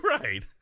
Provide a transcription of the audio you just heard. right